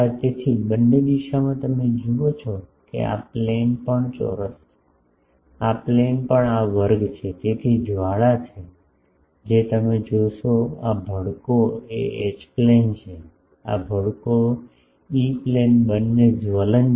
તેથી બંને દિશામાં તમે જુઓ છો કે આ પ્લેન પણ ચોરસ છે આ પ્લેન પણ આ વર્ગ છે તેથી આ જ્વાળા છે જે તમે જોશો આ ભડકો એ એચ પ્લેન છે આ ભડકો ઇ પ્લેન બંને જ્વલંત છે